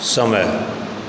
समय